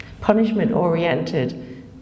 punishment-oriented